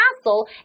castle